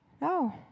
No